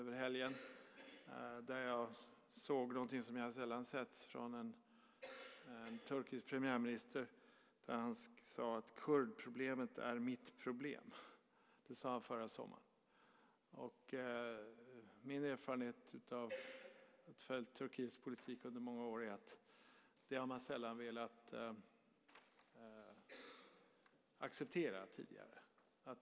Där läste jag ett uttalande som jag sällan har sett från en turkisk premiärminister. Han sade: Kurdproblemet är mitt problem. Det sade han förra sommaren. Min erfarenhet efter att ha följt Turkiets politik under många år är att man sällan har velat acceptera detta tidigare.